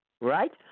Right